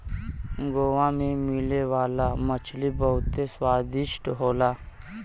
गोवा में मिले वाला मछरी बहुते स्वादिष्ट होला